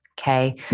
Okay